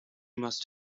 must